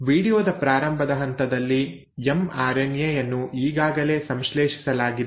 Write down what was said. ವೀಡಿಯೊದ ಪ್ರಾರಂಭದ ಹಂತಲ್ಲಿ ಎಮ್ಆರ್ಎನ್ಎ ಯನ್ನು ಈಗಾಗಲೇ ಸಂಶ್ಲೇಷಿಸಲಾಗಿದೆ